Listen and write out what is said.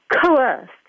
coerced